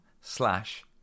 slash